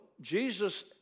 Jesus